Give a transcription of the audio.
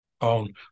on